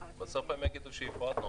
לך,